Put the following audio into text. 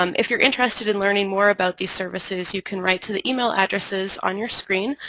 um if you're interested in learning more about these services, you can write to the email addresses on your screen,